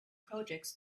projects